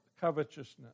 covetousness